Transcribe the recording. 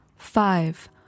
Five